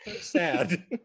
sad